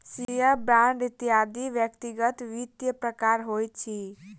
share, bond इत्यादि व्यक्तिगत वित्तक प्रकार होइत अछि